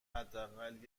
حداقل